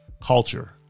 culture